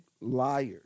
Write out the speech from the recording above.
liars